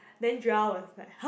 then Joel was like !huh!